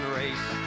race